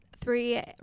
Three